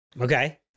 Okay